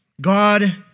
God